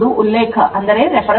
V ಎಂಬುದು ಉಲ್ಲೇಖ